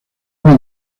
una